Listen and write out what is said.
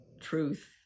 truth